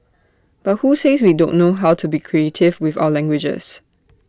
but who says we don't know how to be creative with our languages